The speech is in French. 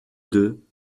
deux